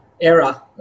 era